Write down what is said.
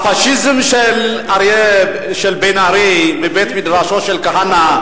הפאשיזם של בן-ארי מבית-מדרשו של כהנא,